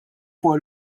fuq